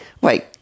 wait